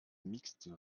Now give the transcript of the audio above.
mixte